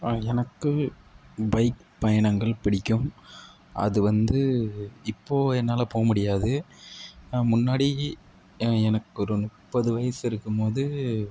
ஆ எனக்கு பைக் பயணங்கள் பிடிக்கும் அது வந்து இப்போது என்னால் போக முடியாது முன்னாடி எனக்கொரு முப்பது வயது இருக்கும்போது